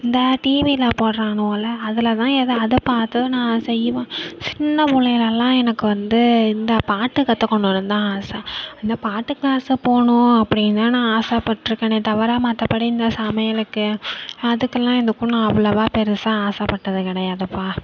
இந்த டிவியில் போடறானுவோல அதில் தான் ஏதாவுது பார்த்து நான் செய்வேன் சின்ன பிள்ளையிலலாம் எனக்கு வந்து இந்த பாட்டு கத்துக்கணுனு தான் ஆசை இந்த பாட்டு கிளாஸ் போகணும் அப்படின்னு நான் ஆசைப்பட்ருக்கனே தவிர மற்றபடி இந்த சமையலுக்கு அதுக்கெல்லாம் எதுக்கும் நான் அவ்வளோவா பெரிசா ஆசைப்பட்டது கிடையாதுப்பா